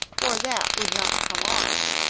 for that would not come off,